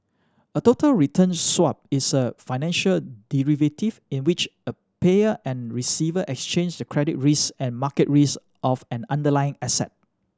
a total return swap is a financial derivative in which a payer and receiver exchange the credit risk and market risk of an underlying asset